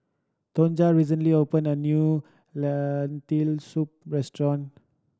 Tonja recently opened a new Lentil Soup restaurant